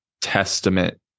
testament